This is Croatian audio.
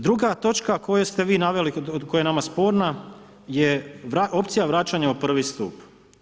Druga točka koju ste vi naveli a koja je nama sporna je opcija vraćanja u prvi stup.